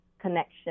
connection